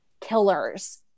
killers